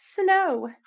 snow